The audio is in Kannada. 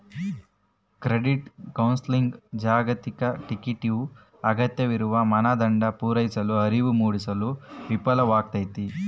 ಕ್ರೆಡಿಟ್ ಕೌನ್ಸೆಲಿಂಗ್ನ ಜಾಗತಿಕ ಟೀಕೆಯು ಅಗತ್ಯವಿರುವ ಮಾನದಂಡ ಪೂರೈಸಲು ಅರಿವು ಮೂಡಿಸಲು ವಿಫಲವಾಗೈತಿ